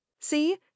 see